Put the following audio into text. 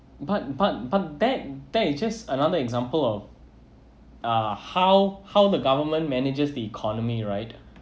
but but but back that's just another example of uh how how the government manages the economy right